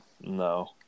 No